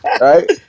Right